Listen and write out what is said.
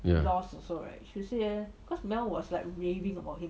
ya